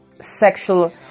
sexual